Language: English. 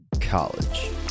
college